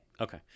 Okay